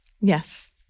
Yes